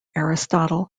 aristotle